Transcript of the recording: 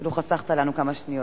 אפילו חסכת לנו כמה שניות.